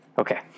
Okay